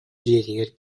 дьиэтигэр